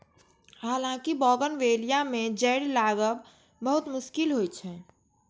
हालांकि बोगनवेलिया मे जड़ि लागब बहुत मुश्किल होइ छै